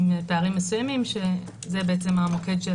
עם פערים מסוימים שזה באמת המוקד של